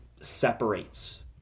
separates